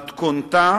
מתכונתה